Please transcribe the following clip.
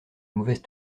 mauvaise